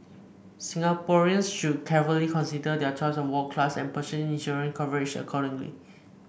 Singaporeans should carefully consider their choice of ward class and purchase insurance coverage accordingly